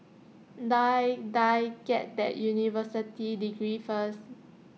Die Die get that university degree first